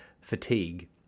fatigue